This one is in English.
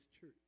church